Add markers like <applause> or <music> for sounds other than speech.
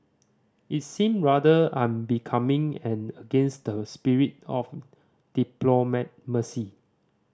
it seemed rather unbecoming and against the spirit of <unintelligible>